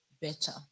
better